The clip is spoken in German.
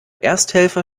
ersthelfer